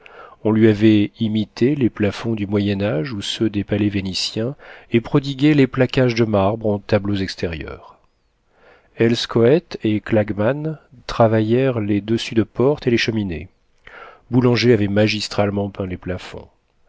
on lui avait imité les plafonds du moyen âge ou ceux des palais vénitiens et prodigué les placages de marbre en tableaux extérieurs elschoët et klagmann travaillèrent les dessus de portes et les cheminées boulanger avait magistralement peint les plafonds